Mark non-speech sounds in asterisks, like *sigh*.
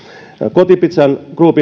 kotipizza group *unintelligible*